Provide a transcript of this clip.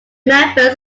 members